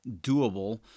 doable